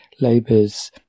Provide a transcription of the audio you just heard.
Labour's